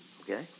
Okay